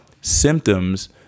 symptoms